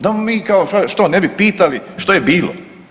Da mu mi kao što ne bi pitalo što je bilo.